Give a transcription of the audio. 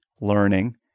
learning